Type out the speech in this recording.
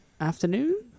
Afternoon